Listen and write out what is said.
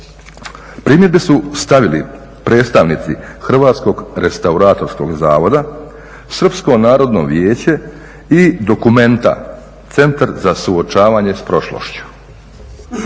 primjedbe su stavili predstavnici Hrvatskog restauratorskog zavoda, Srpsko narodno vijeće i dokumenta Centar za suočavanje s prošlošću.